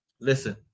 listen